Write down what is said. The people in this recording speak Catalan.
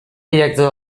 director